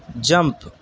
jump